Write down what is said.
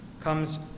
comes